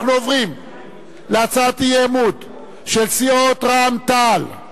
אנחנו עוברים להצעת אי-האמון של סיעות רע"ם-תע"ל,